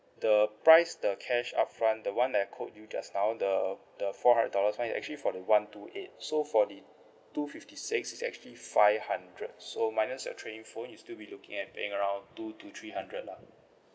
the price the cash upfront the one that I quote you just now the the four hundred dollars [one] is actually for the one two eight so for the two fifty six is actually five hundred so minus your trade in phone you still be looking at paying around two to three hundred lah